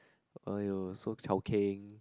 !aiyo! so chao keng